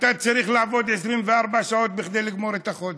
אתה צריך לעבוד 24 שעות כדי לגמור את החודש.